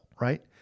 Right